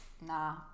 nah